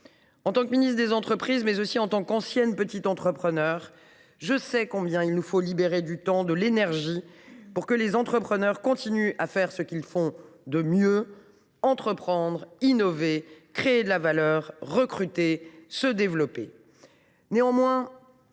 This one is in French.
En tant que ministre déléguée chargée des entreprises, mais aussi en tant qu’ancienne petite entrepreneuse, je sais combien il nous faut libérer du temps et de l’énergie pour que les entrepreneurs puissent continuer de faire ce qu’ils font de mieux : entreprendre, innover, créer de la valeur, recruter, se développer.